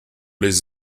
les